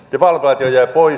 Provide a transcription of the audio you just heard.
devalvaatio jää pois